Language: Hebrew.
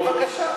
בבקשה.